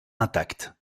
intacte